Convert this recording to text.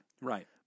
Right